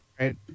Right